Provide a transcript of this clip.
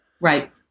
Right